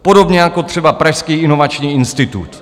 Podobně jako třeba Pražský inovační institut!